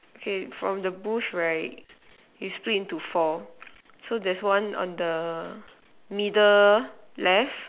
okay from the bush right we split into four so there's one on the middle left